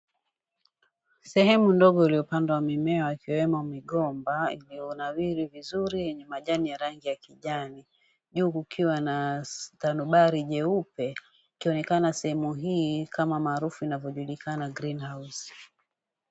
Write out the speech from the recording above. Sehemu ndogo iliyopandwa mimea wakiwemo migomba iliyonawiri vizuri yenye majani ya rangi ya kijani, juu kukiwa na stalubari jeupe, ikionekana sehemu hii kama maarufu inayojulikana kama greenhouse .